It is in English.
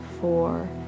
four